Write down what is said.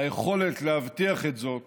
היכולת להבטיח את זאת